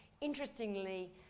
interestingly